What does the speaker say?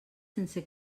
sense